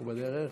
הוא בדרך.